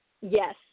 Yes